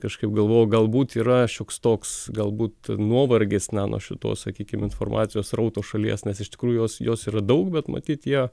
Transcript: kažkaip galvojau galbūt yra šioks toks galbūt nuovargis na nuo šitos sakykim informacijos srautų šalies nes iš tikrųjų jos jos yra daug bet matyt jie